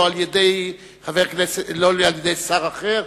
לא על-ידי שר אחר,